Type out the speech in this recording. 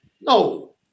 No